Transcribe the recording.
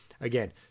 Again